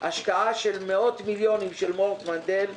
בהשקעה של מאות מיליונים של מורט מנדל.